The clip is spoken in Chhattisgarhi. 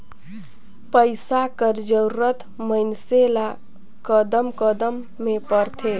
पइसा कर जरूरत मइनसे ल कदम कदम में परथे